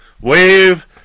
wave